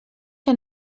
que